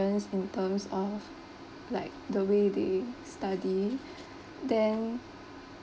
in terms of like the way they study then